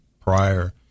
prior